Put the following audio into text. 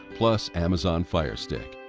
plus amazon fire stick.